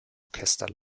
orchester